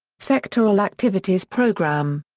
sectoral activities programme.